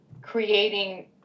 creating